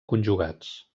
conjugats